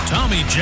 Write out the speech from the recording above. Tommy